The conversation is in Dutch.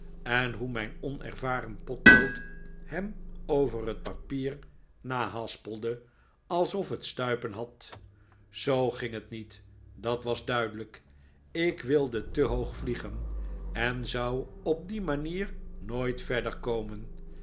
en hoe mijn onervaren potlood hem over het papier nahaspelde alsof het stuipen had zoo ging het niet dat was duidelijk ik wilde te hoog vliegen en zou op die manier nooit verder komen